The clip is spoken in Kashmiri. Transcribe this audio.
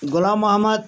غلام محمد